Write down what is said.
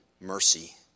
mercy